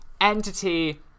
entity